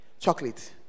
chocolate